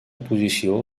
posició